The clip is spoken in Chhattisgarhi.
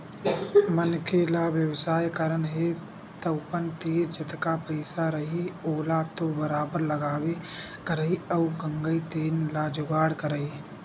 मनखे ल बेवसाय करना हे तअपन तीर जतका पइसा रइही ओला तो बरोबर लगाबे करही अउ खंगही तेन ल जुगाड़ करही